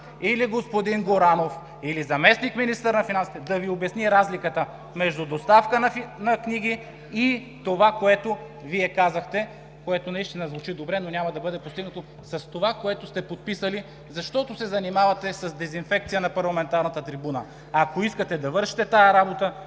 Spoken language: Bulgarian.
или господин Горанов, или заместник-министъра на финансите, да Ви обяснят разликата между доставка на книги и това, което Вие казахте, което наистина звучи добре, но няма да бъде постигнато с това, което сте подписали, защото се занимавате с дезинфекция на парламентарната трибуна. Ако искате да вършите тази работа,